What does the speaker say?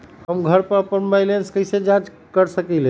हम घर पर अपन बैलेंस कैसे जाँच कर सकेली?